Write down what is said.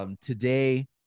Today